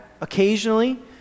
occasionally